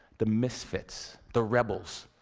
the misfits, the rebels,